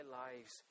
lives